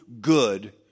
good